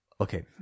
Okay